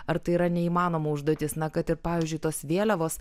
ar tai yra neįmanoma užduotis na kad ir pavyzdžiui tos vėliavos